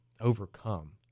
overcome